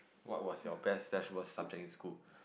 what was your best slash worst subject in school